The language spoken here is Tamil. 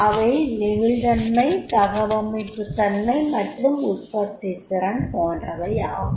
அவை நெகிழ்தன்மை தகவமைப்புத் தன்மை மற்றும் உற்பத்தித் திறன் போன்றவையாகும்